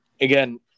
again